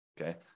Okay